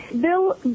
Bill